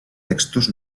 textos